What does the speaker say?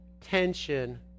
tension